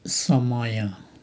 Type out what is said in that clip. समय